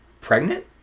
pregnant